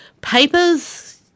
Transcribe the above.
papers